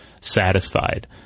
satisfied